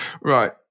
right